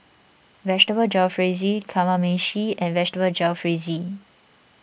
Vegetable Jalfrezi Kamameshi and Vegetable Jalfrezi